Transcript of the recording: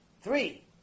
Three